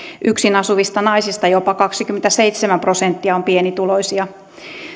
yksin asuvista naisista jopa kaksikymmentäseitsemän prosenttia on pienituloisia